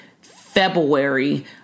February